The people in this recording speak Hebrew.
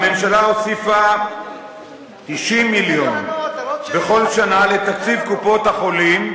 הממשלה הוסיפה 90 מיליון בכל שנה לתקציב קופות-החולים,